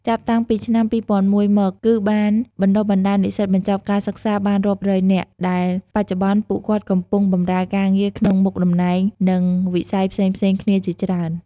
ចាប់តាំងពីឆ្នាំ២០០១ មក គឺបានបណ្ដុះបណ្ដាលនិស្សិតបញ្ចប់ការសិក្សាបាន រាប់រយនាក់ ដែលបច្ចុប្បន្នពួកគាត់កំពុងបម្រើការងារក្នុងមុខតំណែង និងវិស័យផ្សេងៗគ្នាជាច្រើន។